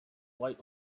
white